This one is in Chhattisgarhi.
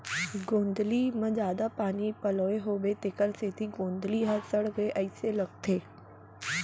गोंदली म जादा पानी पलोए होबो तेकर सेती गोंदली ह सड़गे अइसे लगथे